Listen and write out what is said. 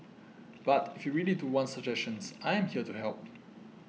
but if you really do want suggestions I am here to help